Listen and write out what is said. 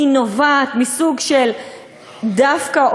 מסוג של דווקא?